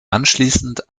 anschließend